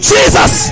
Jesus